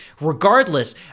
Regardless